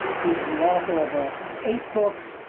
he's the author of ah eight books,